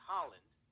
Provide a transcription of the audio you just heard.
Holland